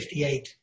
1958